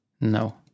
No